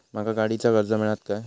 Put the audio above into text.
माका गाडीचा कर्ज मिळात काय?